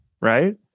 Right